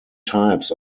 types